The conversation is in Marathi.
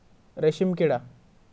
रेशीमकिडा